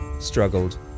struggled